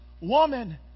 woman